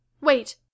wait